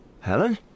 Helen